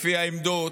לפי העמדות,